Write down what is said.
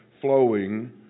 flowing